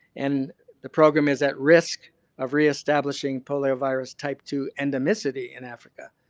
and the program is at risk of reestablishing poliovirus type two endemicity in africa,